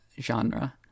genre